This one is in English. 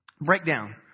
breakdown